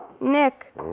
Nick